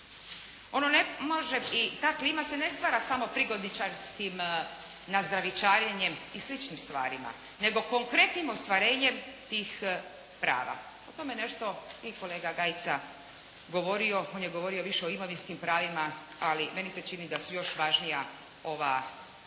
ta klima se ne stvara samo prigodičarskim nazdravičarenjem i sličnim stvarima nego konkretnim ostvarenjem tih prava. O tome nešto i kolega Gajica govorio, on je govorio više o imovinskim pravima, ali meni se čini da su još važnija ova, ovo